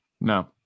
No